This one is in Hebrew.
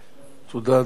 תודה, אדוני.